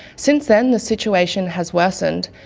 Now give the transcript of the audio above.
since then the situation has worsened,